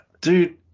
dude